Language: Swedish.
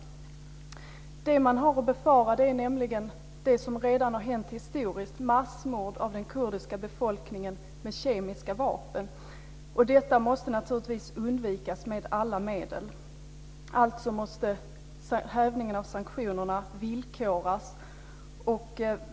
Det man kan befara är nämligen det som har hänt historiskt: massmord på den kurdiska befolkningen med kemiska vapen. Detta måste naturligtvis undvikas med alla medel. Alltså måste hävningen av sanktionerna villkoras.